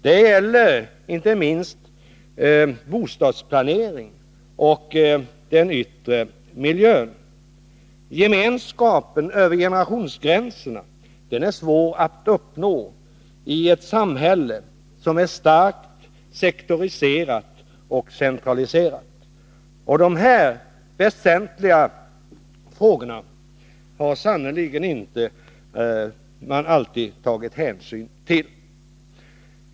Det gäller inte minst bostadsplaneringen och den yttre miljön. Gemenskapen över generationsgränserna är svår att uppnå i ett samhälle som är starkt sektoriserat och centraliserat. De här väsentliga frågorna har man sannerligen inte alltid tagit hänsyn till.